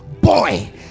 boy